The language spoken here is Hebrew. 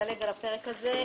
מדלג על הפרק הזה.